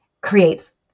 creates